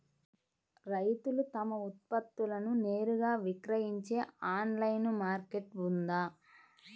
రైతులు తమ ఉత్పత్తులను నేరుగా విక్రయించే ఆన్లైను మార్కెట్ ఉందా?